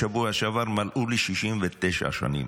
בשבוע שעבר מלאו לי 69 שנים,